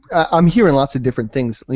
i'm hearing lots of different things.